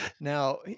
Now